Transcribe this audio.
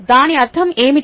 దాని అర్థం ఏమిటి